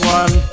one